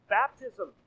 baptism